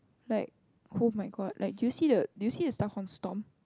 like oh my god like do you see the do you see the star home stone